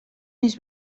més